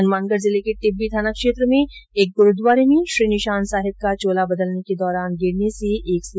हनुमानगढ जिले के टिब्बी थाना क्षेत्र में एक गुरुद्वारे में श्री निशान साहिब का चोला बदलने के दौरान गिरने से एक सेवादार की मौत हो गई